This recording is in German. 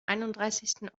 einunddreißigsten